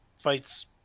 fights